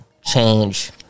change